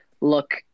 look